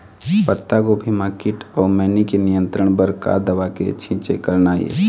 पत्तागोभी म कीट अऊ मैनी के नियंत्रण बर का दवा के छींचे करना ये?